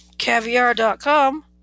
Caviar.com